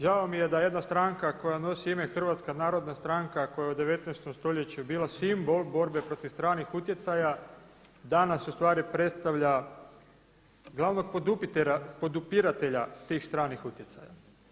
Žao mi je da jedna stranka koja nosi ime Hrvatska narodna stranka koja je u 19. stoljeću bila simbol borbe protiv stranih utjecaja danas ustvari predstavlja glavnog podupiratelja tih stranih utjecaja.